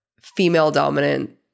female-dominant